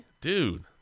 dude